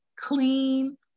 clean